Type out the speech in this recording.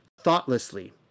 thoughtlessly